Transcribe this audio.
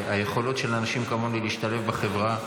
היכולות של אנשים כמוני להשתלב בחברה?